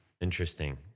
Interesting